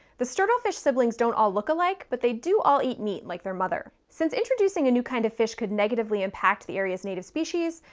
the sturddlefish siblings don't all look alike, but they do all eat meat, like their mother. since introducing a new kind of fish could negatively impact the area's native species,